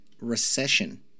recession